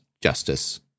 justice